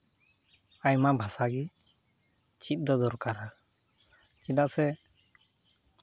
ᱟᱭᱢᱟ ᱵᱷᱟᱥᱟ ᱜᱮ ᱪᱮᱫ ᱫᱚ ᱫᱚᱨᱠᱟᱨᱟ ᱪᱮᱫᱟᱜ ᱥᱮ